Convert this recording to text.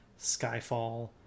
Skyfall